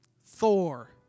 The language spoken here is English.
Thor